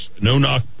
no-knock